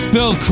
Bill